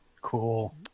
Cool